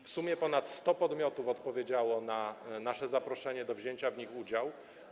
W sumie ponad 100 podmiotów odpowiedziało na nasze zaproszenie do wzięcia w nich udziału.